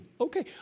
okay